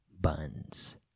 buns